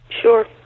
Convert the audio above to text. Sure